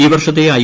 ഈ വർഷത്തെ ഐ